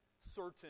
certain